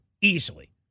Easily